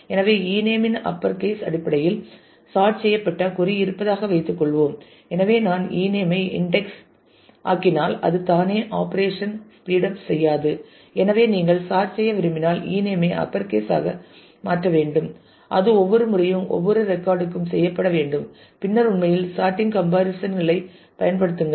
எனவே e name இன் upper case அடிப்படையில் சார்ட் செய்யப்பட்ட கொறி இருப்பதாக வைத்துக்கொள்வோம் எனவே நான் e name ஐ இன்டெக்ஸ் ஆக்கினால் அது தானே ஆபரேஷன்களை ஸ்பீடப் செய்யாது ஏனெனில் நீங்கள் சார்ட் செய்ய விரும்பினால் e name ஐ அப்பர் கேஸ் ஆக மாற்ற வேண்டும் அது ஒவ்வொரு முறையும் ஒவ்வொரு ரெக்கார்ட் ற்கும் செய்ய வேண்டும் பின்னர் உண்மையில் சாட்டிங் கம்பரிசன் களை பயன்படுத்துங்கள்